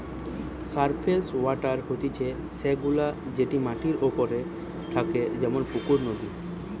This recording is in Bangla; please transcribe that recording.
সারফেস ওয়াটার হতিছে সে গুলা যেটি মাটির ওপরে থাকে যেমন পুকুর, নদী